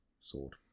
Sword